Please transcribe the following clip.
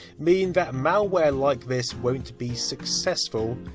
mean that malware like this won't be successful,